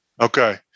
Okay